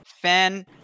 fan